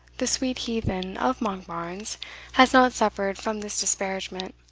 the sweet heathen of monkbarns has not suffered from this disparagement.